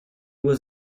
was